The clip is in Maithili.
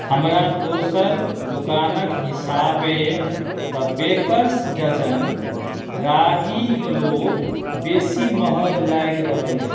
हमरा दोसर दोकानक हिसाबे the baker's dozen ragi loaf बेसी महग लागि रहल अछि